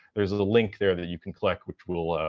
there's a link there that you can click which will, ah,